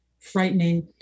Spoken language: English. frightening